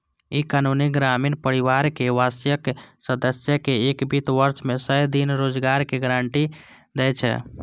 ई कानून ग्रामीण परिवारक वयस्क सदस्य कें एक वित्त वर्ष मे सय दिन रोजगारक गारंटी दै छै